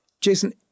Jason